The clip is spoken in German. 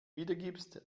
wiedergibst